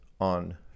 on